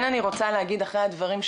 תודה לחברי הוועדה,